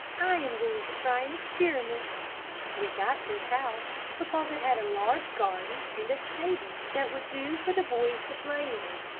i am going to try an experiment we got this house because it had a large garden, and a stable that would do for the boys to play in.